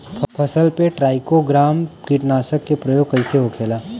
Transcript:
फसल पे trichogramma कीटनाशक के प्रयोग कइसे होखेला?